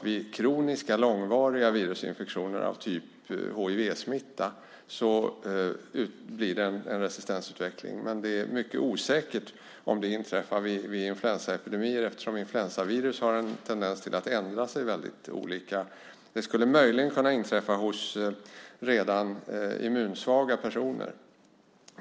Vid kroniska långvariga virusinfektioner såsom hivsmitta blir det dock en resistensutveckling. Däremot är det mycket osäkert om det inträffar vid influensaepidemier, eftersom influensavirus har en tendens att ändra sig väldigt mycket. Möjligen skulle det kunna inträffa hos redan immunsvaga personer.